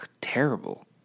terrible